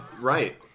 Right